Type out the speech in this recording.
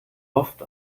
oft